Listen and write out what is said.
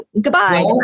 goodbye